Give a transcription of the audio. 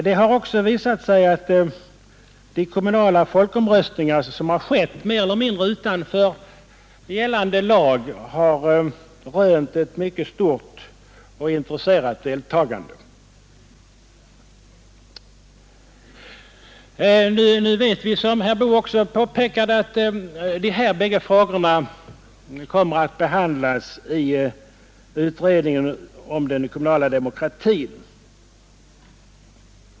Det har också visat sig att de kommunala folkomröstningar som skett, mer eller mindre utanför gällande lag, har rönt ett mycket stort och intresserat deltagande. Nu vet vi, som herr Boo också påpekade, att de här bägge frågorna kommer att behandlas i utredningen om den kommunala demokratin.